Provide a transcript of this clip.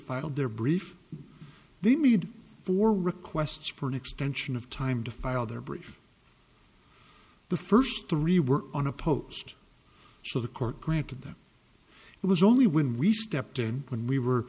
filed their brief they made four requests for an extension of time to file their brief the first three were unopposed so the court granted them it was only when we stepped in when we were